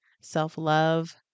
self-love